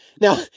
Now